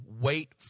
Wait